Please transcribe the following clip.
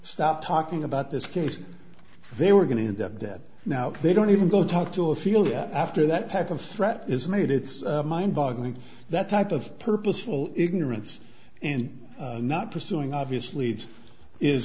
stop talking about this case they were going to end up dead now they don't even go talk to or feel that after that type of threat is made it's mind boggling that type of purposeful ignorance and not pursuing obviously this